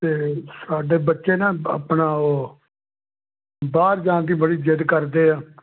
ਅਤੇ ਸਾਡੇ ਬੱਚੇ ਨਾ ਆਪਣਾ ਉਹ ਬਾਹਰ ਜਾਣ ਦੀ ਬੜੀ ਜਿੱਦ ਕਰਦੇ ਆ